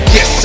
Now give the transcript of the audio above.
Yes